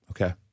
Okay